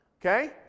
okay